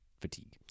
fatigue